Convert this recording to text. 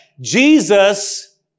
Jesus